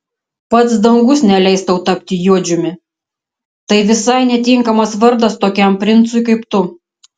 pats dangus neleis tau tapti juodžiumi tai visai netinkamas vardas tokiam princui kaip tu